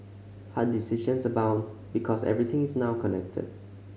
hard decisions abound because everything is now connected